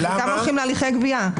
כי חלקם הולכים להליכי גבייה.